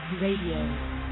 Radio